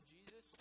Jesus